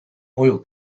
oil